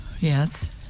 Yes